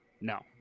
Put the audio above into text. No